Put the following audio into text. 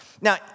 Now